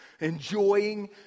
Enjoying